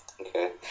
okay